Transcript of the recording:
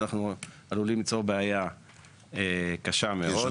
אנחנו עלולים ליצור בעיה קשה מאוד.